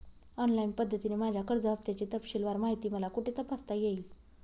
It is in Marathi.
ऑनलाईन पद्धतीने माझ्या कर्ज हफ्त्याची तपशीलवार माहिती मला कुठे तपासता येईल?